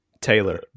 Taylor